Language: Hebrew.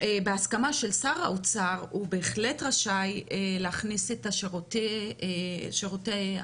בהסכמה של שר האוצר הוא בהחלט רשאי להכניס את שירותי בריאות